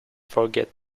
forget